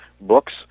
books